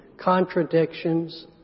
contradictions